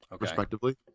respectively